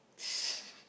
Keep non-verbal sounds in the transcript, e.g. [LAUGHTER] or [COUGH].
[LAUGHS]